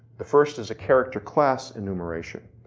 the first is a character class enumeration.